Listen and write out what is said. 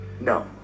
No